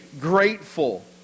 grateful